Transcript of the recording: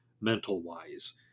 mental-wise